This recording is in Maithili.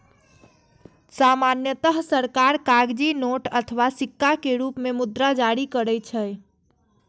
सामान्यतः सरकार कागजी नोट अथवा सिक्का के रूप मे मुद्रा जारी करै छै